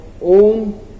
own